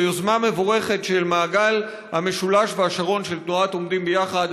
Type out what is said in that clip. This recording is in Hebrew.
זו יוזמה מבורכת של מעגל המשולש והשרון של תנועת "עומדים ביחד".